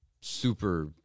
super